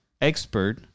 expert